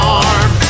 arm